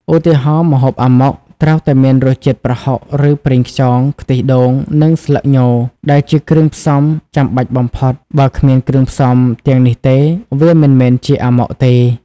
ឧទាហរណ៍ ម្ហូប អាម៉ុក ត្រូវតែមានរសជាតិប្រហុក ឬប្រេងខ្យង ខ្ទិះដូង និងស្លឹកញ ដែលជាគ្រឿងផ្សំចាំបាច់បំផុត បើគ្មានគ្រឿងផ្សំទាំងនេះទេ វាមិនមែនជាអាម៉ុកទេ។